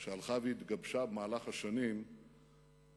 שהלכה והתגבשה במהלך השנים בתוכנו,